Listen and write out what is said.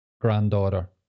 granddaughter